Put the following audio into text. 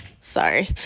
Sorry